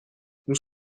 nous